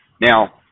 Now